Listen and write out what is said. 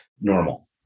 normal